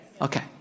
Okay